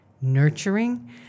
nurturing